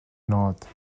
north